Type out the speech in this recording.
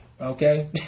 Okay